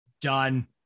done